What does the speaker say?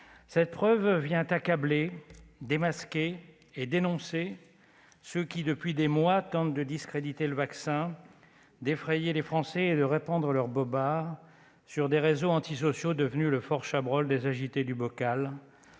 Cette preuve vient accabler, démasquer et dénoncer ceux qui depuis des mois tentent de discréditer le vaccin, d'effrayer les Français et de répandre leurs bobards sur des réseaux antisociaux devenus le fort Chabrol des agités du bocal